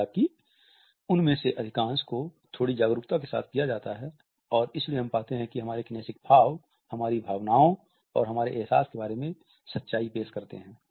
हालाँकि उनमे से अधिकांश को थोड़ी जागरूकता के साथ किया जाता है और इसलिए हम पाते हैं कि हमारे किनेसिक भाव हमारी भावनाओं और एहसास के बारे में सच्चाई पेश करते हैं